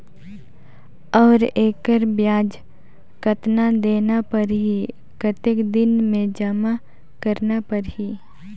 और एकर ब्याज कतना देना परही कतेक दिन मे जमा करना परही??